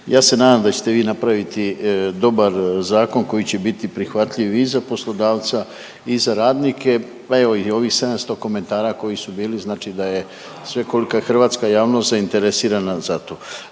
ja se nadam da ćete vi napraviti dobar zakon koji će biti prihvatljiv i za poslodavca i za radnike. Pa evo i ovih 700 komentara koji su bili znači da je svekolika hrvatska javnost zainteresirana za to.